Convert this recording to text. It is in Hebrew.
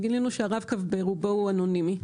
וגילינו שהרב-קו ברובו הוא אנונימי,